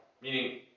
Meaning